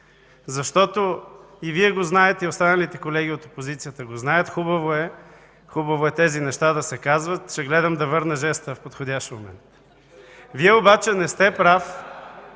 Защото и Вие го знаете, и останалите колеги от опозицията го знаят, хубаво е тези неща да се казват. Ще гледам да върна жеста в подходящ момент. Вие обаче не сте прав